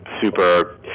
super